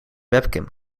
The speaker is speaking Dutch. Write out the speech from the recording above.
webcam